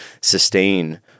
sustain